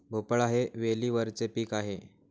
भोपळा हे वेलीवरचे पीक आहे